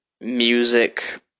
music